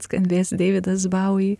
skambės deividas bauji